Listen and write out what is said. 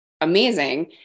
amazing